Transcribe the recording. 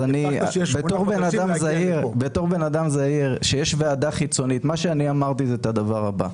מה שאני אמרתי זה את הדבר הבא: